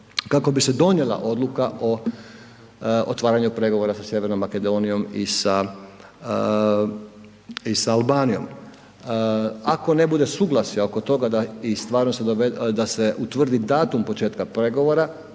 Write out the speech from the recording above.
kako bi se donijela odluka o otvaranju pregovora sa Sjevernom Makedonijom i sa Albanijom. Ako ne bude suglasja oko toga da se utvrdi datum početka pregovora